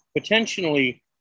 potentially